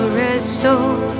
restore